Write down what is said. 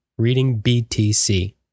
readingbtc